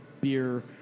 beer